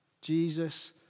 Jesus